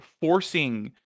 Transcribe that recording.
forcing